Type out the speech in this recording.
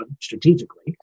strategically